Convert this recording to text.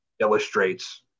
illustrates